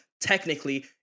technically